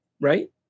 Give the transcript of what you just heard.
right